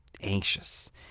anxious